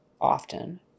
often